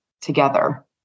together